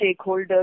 stakeholders